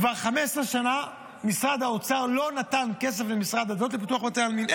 כבר 15 שנים משרד האוצר לא נתן כסף למשרד הדתות לפיתוח בתי עלמין,